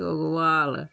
Ghagwal